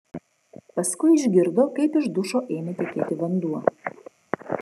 paskui išgirdo kaip iš dušo ėmė tekėti vanduo